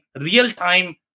real-time